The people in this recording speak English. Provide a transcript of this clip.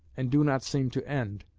and do not seem to end,